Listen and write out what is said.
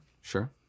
sure